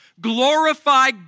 Glorify